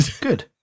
good